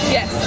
Yes